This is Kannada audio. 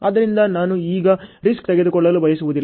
ಆದ್ದರಿಂದ ನಾನು ಈಗ ರಿಸ್ಕ್ ತೆಗೆದುಕೊಳ್ಳಲು ಬಯಸುವುದಿಲ್ಲ